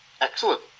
Excellent